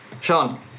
Sean